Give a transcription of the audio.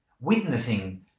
witnessing